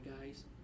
guys